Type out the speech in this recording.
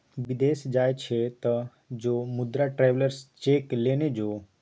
विदेश जाय छी तँ जो मुदा ट्रैवेलर्स चेक लेने जो